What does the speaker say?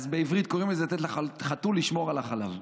אז בעברית קוראים לזה "לתת לחתול לשמור על החלב".